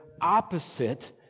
opposite